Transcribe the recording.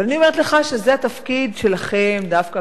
אבל אני אומרת לך שזה התפקיד שלכם דווקא,